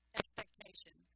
expectation